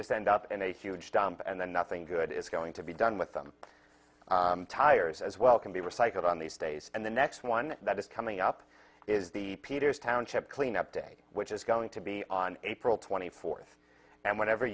just end up in a huge dump and then nothing good is going to be done with them tires as well can be recycled on these days and the next one that is coming up is the peters township cleanup day which is going to be on april twenty fourth and whatever